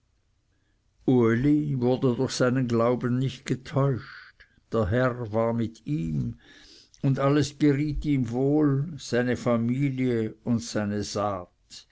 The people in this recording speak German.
uli wurde durch seinen glauben nicht getäuscht der herr war mit ihm und alles geriet ihm wohl seine familie und seine saat